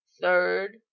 third